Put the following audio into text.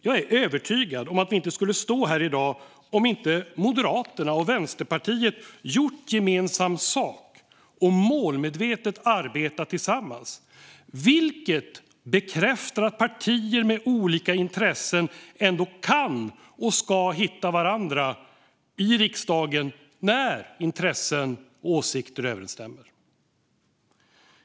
Jag är övertygad om att vi inte skulle stå här i dag om inte Moderaterna och Vänsterpartiet gjort gemensam sak och målmedvetet arbetat tillsammans, vilket bekräftar att partier med olika intressen ändå kan och ska hitta varandra i riksdagen när intressen och åsikter överensstämmer.